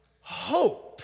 hope